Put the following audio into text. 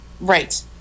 Right